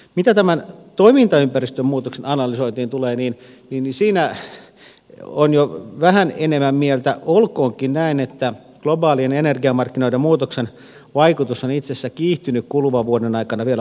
mitä toimintaympäristön muutoksen analysointiin tulee niin siinä on jo vähän enemmän mieltä olkoonkin näin että globaalien energiamarkkinoiden muutoksen vaikutus on itse asiassa kiihtynyt kuluvan vuoden aikana vielä huomattavasti